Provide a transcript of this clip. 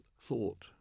thought